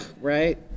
right